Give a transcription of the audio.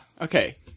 okay